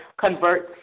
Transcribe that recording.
converts